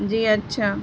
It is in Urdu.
جی اچھا